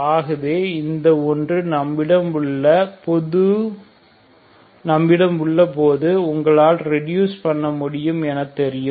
ஆகவே இந்த ஒன்று நம்மிடம் உள்ள போது உங்களால் ரெடியூஸ் பண்ண முடியும் என தெரியும்